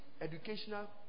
educational